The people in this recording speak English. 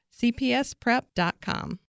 cpsprep.com